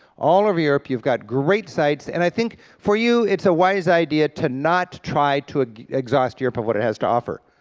all over europe, you've got great sites, and i think, for you, it's a wise idea to not try to exhaust europe of what it has to offer.